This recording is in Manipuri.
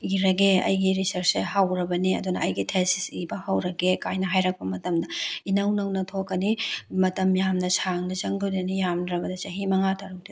ꯏꯔꯥꯒꯦ ꯑꯩꯒꯤ ꯔꯤꯁꯔꯁꯁꯦ ꯍꯧꯔꯕꯅꯤ ꯑꯗꯨꯅ ꯑꯩꯒꯤ ꯊꯦꯁꯤꯁ ꯏꯕ ꯍꯧꯔꯒꯦ ꯀꯥꯏꯅ ꯍꯥꯏꯔꯛꯄ ꯃꯇꯝꯗ ꯏꯅꯧ ꯏꯅꯧꯅ ꯊꯣꯛꯀꯅꯤ ꯃꯇꯝ ꯌꯥꯝꯅ ꯁꯥꯡꯅ ꯆꯪꯈꯔꯅꯤ ꯌꯥꯝꯗ꯭ꯔꯕ ꯆꯍꯤ ꯃꯉꯥ ꯇꯔꯨꯛꯇꯤ ꯑꯗꯨꯝ